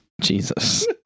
Jesus